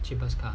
cheapest car